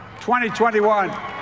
2021